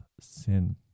sin